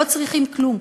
לא צריכים כלום,